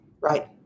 Right